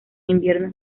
inviernos